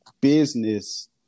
Business